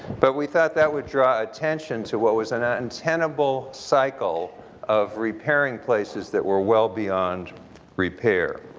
but we thought that would draw attention to what was an ah untenable cycle of repairing places that were well beyond repair.